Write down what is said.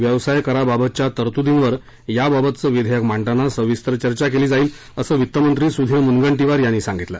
व्यवसाय कराबाबतच्या तरतुदिवर याबाबतचं विधेयक मांडताना सविस्तर चर्चा केली जाईल असं वित्तमंत्री सुधीर मुनगंटीवार यांनी सांगितलं